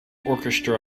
orchestra